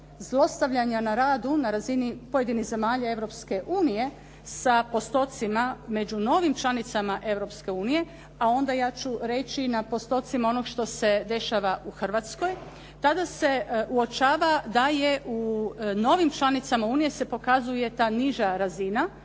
zlostavljanja na radu na razini pojedinih zemalja Europske unije sa postocima među novim članicama Europske unije a onda ja ću reći na postocima onoga što se dešava u Hrvatskoj, tada se uočava da je u novim članicama se pokazuje ta niža razina.